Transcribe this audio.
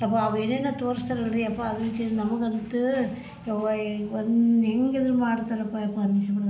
ಯಬ್ಬಾ ಅವು ಏನೇನೋ ತೋರಿಸ್ತರಲ್ರಿ ಯಪ್ಪ ಅದನ್ನು ತಿಂದು ನಮ್ಗಂತು ಯವ್ವ ಏ ಒಂದು ಹೇಗಿದ್ರು ಮಾಡ್ತಾರಪ್ಪ ಯಪ್ಪ ಅನಿಸಿಬಿಡ್ತೈತೆ